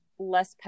less